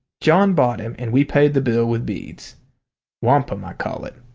john bought him, and we paid the bill with beads wampum, i call it.